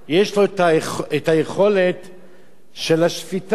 יש לו יכולת השפיטה.